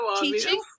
teaching